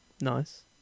nice